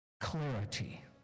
clarity